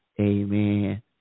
Amen